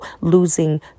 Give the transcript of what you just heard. losing